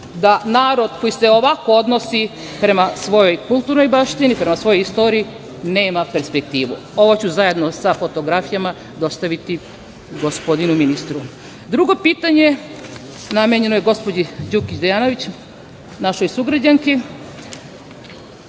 da narod koji se ovako odnosi prema svojoj kulturnoj baštini, prema svojoj istoriji nema perspektivu. Ovo ću zajedno sa fotografijama dostaviti gospodinu ministru. Drugo pitanje, namenjeno je gospođi Đukić Dejanović, našoj sugrađanki.